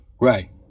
Right